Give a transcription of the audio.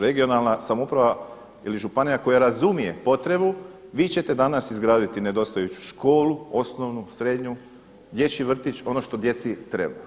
Regionalna samouprava i županija koja razumije potrebu vi ćete danas izgraditi nedostajuću školu osnovnu, srednju, dječji vrtić ono što djeci treba.